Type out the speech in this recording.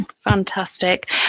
fantastic